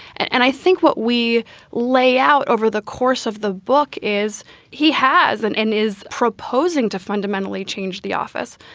and and i think what we lay out over the course of the book is he has and and is proposing to fundamentally change the office,